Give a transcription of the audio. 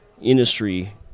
industry